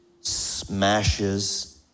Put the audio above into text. smashes